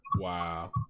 Wow